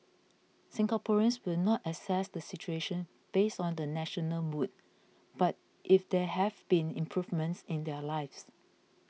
Singaporeans will not assess the situation based on the national mood but if there have been improvements in their lives